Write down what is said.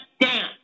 dance